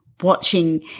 Watching